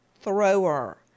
thrower